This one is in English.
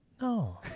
No